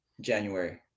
january